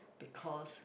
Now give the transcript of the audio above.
because